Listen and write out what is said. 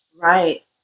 right